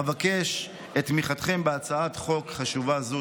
אבקש את תמיכתכם בהצעת חוק חשובה זו.